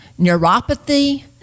neuropathy